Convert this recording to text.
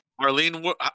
Marlene